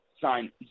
sign